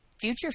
future